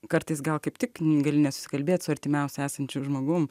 kartais gal kaip tik gali nesusikalbėt su artimiausia esančiu žmogum